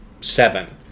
seven